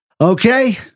Okay